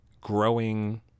growing